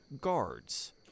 guards